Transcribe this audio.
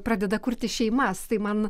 pradeda kurti šeimas tai man